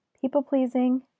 people-pleasing